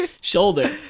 Shoulder